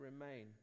remain